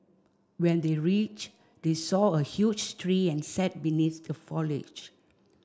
when they reached they saw a huge tree and sat beneath the foliage